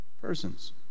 persons